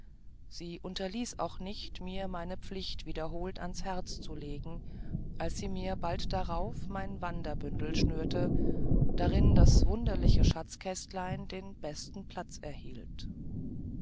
sie unterließ auch nicht mir meine pflichten wiederholt ans herz zu legen als sie mir bald darauf mein wanderbündel schnürte darin das wunderliche schatzkästlein den besten platz erhielt